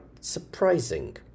surprising